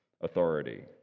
authority